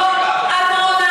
לא אמרתי ככה.